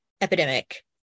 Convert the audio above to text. epidemic